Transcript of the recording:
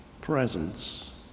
presence